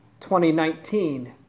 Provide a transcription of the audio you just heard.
2019